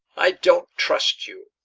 i don't trust you.